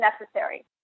necessary